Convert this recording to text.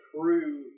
prove